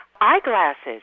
Eyeglasses